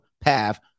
path